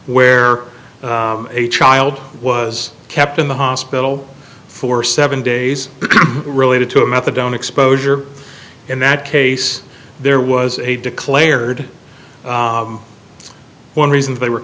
where a child was kept in the hospital for seven days related to a methadone exposure in that case there was a declared one reason they were